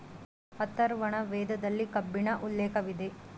ಅಥರ್ವರ್ಣ ವೇದದಲ್ಲಿ ಕಬ್ಬಿಣ ಉಲ್ಲೇಖವಿದೆ